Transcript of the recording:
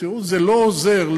תראו, זה לא עוזר.